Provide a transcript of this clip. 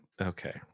Okay